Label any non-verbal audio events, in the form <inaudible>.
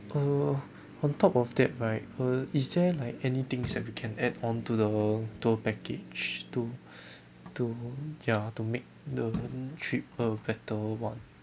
err on top of that right uh is there like anything that we can add on to the tour package to <breath> to ya to make the trip a better one